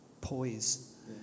poise